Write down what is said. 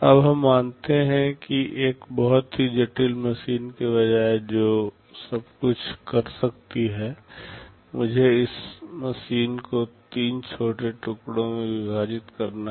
अब हम मानते हैं कि एक बहुत ही जटिल मशीन के बजाय जो सब कुछ कर सकती है मुझे इस मशीन को तीन छोटे टुकड़ों में विभाजित करना है